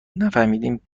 نفهمدیم